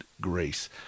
grace